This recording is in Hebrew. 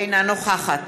אינה נוכחת